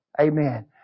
Amen